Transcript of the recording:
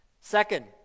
Second